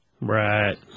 Right